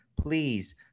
please